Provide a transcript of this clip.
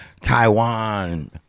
Taiwan